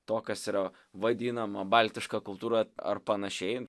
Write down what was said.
to kas yra vadinama baltiška kultūra ar panašiai